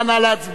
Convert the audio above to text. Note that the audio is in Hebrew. נא להצביע.